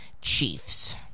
Chiefs